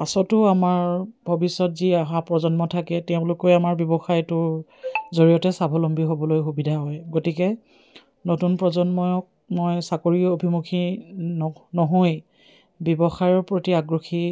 পাছতো আমাৰ ভৱিষ্যত যি অহা প্ৰজন্ম থাকে তেওঁলোকে আমাৰ ব্যৱসায়টোৰ জৰিয়তে স্বাৱলম্বী হ'বলৈ সুবিধা হয় গতিকে নতুন প্ৰজন্মক মই চাকৰি অভিমুখী নহৈ ব্যৱসায়ৰ প্ৰতি আগ্ৰহী